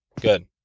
Good